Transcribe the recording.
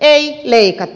ei leikata